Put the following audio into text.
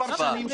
וכך פניתי,